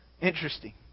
Interesting